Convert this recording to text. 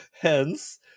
Hence